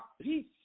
peace